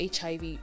HIV